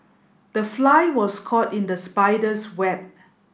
the fly was caught in the spider's web